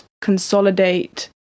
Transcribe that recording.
consolidate